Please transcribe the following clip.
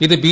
ഇത് ബി